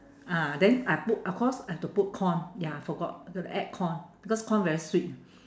ah then I put of course I have to put corn ya I forgot got to add corn because corn very sweet